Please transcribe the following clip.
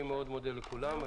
אני מאוד מודה לכולם.